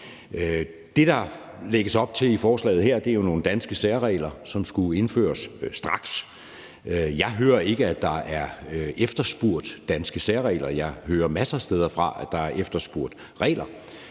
Det, der lægges op til i forslaget her, er nogle danske særregler, som skulle indføres straks. Jeg hører ikke, at der er efterspurgt danske særregler, men jeg hører fra masser af steder, at der er efterspurgt regler.